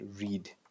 read